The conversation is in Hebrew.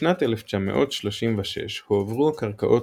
בשנת 1936 הועברו הקרקעות